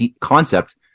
concept